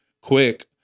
quick